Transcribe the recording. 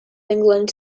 england